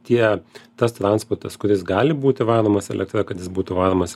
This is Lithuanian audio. tie tas transportas kuris gali būti varomas elektra kad jis būtų varomas